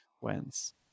wins